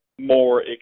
more